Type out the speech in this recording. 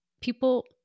people